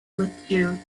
withdrew